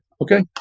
Okay